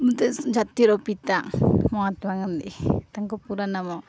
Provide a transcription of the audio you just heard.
ମୋତେ ଜାତିର ପିତା ମହାତ୍ମାଗାନ୍ଧୀ ତାଙ୍କ ପୁରା ନାମ